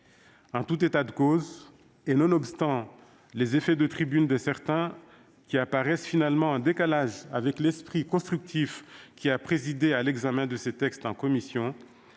En tout état de cause, et nonobstant les effets de tribune de certains, qui apparaissent finalement en décalage avec l'esprit constructif qui a présidé à l'examen de ces textes en commission,